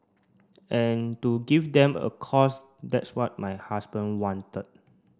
and to give them a cause that's what my husband wanted